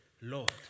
Lord